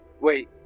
Wait